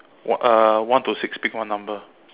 one uh one to six pick one number